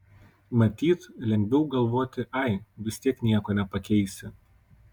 matyt lengviau galvoti ai vis tiek nieko nepakeisi